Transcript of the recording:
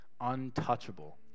untouchable